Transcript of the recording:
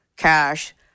Cash